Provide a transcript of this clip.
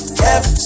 kept